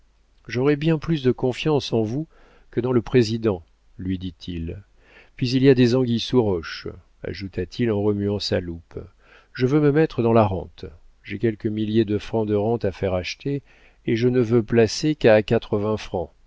j'aurais bien plus de confiance en vous que dans le président lui dit-il puis il y a des anguilles sous roche ajouta-t-il en remuant sa loupe je veux me mettre dans la rente j'ai quelques milliers de francs de rente à faire acheter et je ne veux placer qu'à quatre-vingts francs